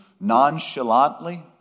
nonchalantly